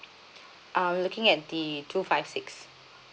ah we looking at the two five six